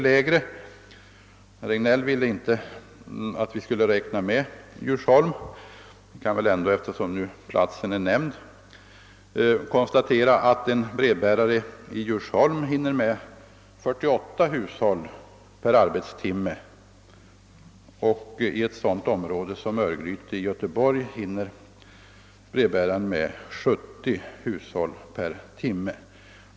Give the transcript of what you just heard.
Herr Regnéll ville inte att vi skulle ta hänsyn till förhållandena i Djursholm i detta sammanhang. Vi kan ändå, eftersom denna stad nu är nämnd, konstatera att en brevbärare i Djursholm hinner med 48 hushåll per arbetstimme. I ett område som Örgryte i Göteborg hinner brevbäraren betjäna 70 hushåll per arbetstimme.